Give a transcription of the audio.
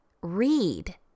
Read